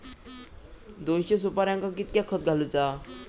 दोनशे सुपार्यांका कितक्या खत घालूचा?